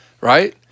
right